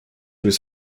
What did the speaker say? was